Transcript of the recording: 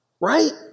right